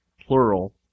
plural